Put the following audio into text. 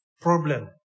problem